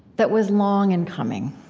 that was long in coming